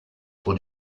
for